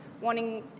wanting